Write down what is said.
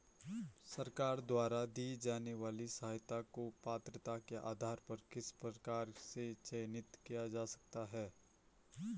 सरकार द्वारा दी जाने वाली सहायता को पात्रता के आधार पर किस प्रकार से चयनित किया जा सकता है?